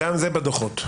גם זה נמצא בדו"חות.